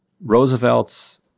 roosevelt's